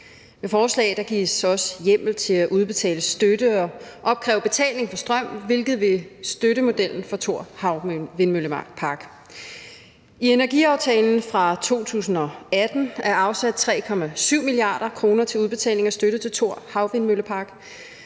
Med forslaget gives også hjemmel til at udbetale støtte og opkræve betaling for strøm, hvilket vil støtte modellen for Thor Havvindmøllepark. I energiaftalen fra 2018 er der afsat 3,7 mia. kr. til udbetaling af støtte til Thor Havvindmøllepark.